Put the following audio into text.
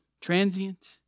transient